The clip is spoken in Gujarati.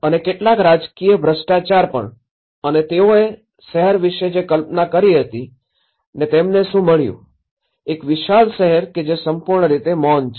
અને કેટલાક રાજકીય ભ્રષ્ટાચાર પણ અને તેઓએ શહેર વિશે જે કલ્પના કરી હતી ને તેમને શું મળ્યું એક વિશાળ શહેર કે જે સંપૂર્ણ રીતે મૌન છે